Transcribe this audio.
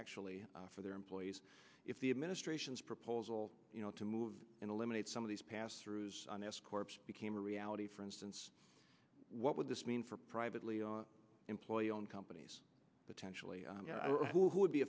actually for their employees if the administration's proposal to move and eliminate some of these pass through became a reality for instance what would this mean for privately on employee owned companies potentially who would be